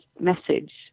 message